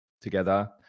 together